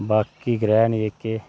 बाकी ग्रैह् न जेह्के